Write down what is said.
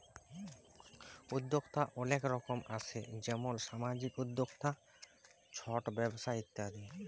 উদ্যক্তা অলেক রকম আসে যেমল সামাজিক উদ্যক্তা, ছট ব্যবসা ইত্যাদি